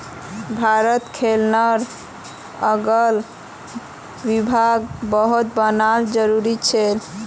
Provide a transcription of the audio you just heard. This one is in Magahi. भारतत लेखांकनेर अलग विभाग बहुत बनाना जरूरी छिले